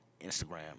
Instagram